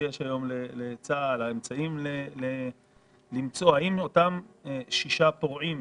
יש אמצעים למצוא את אותם שישה פורעים